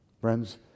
Friends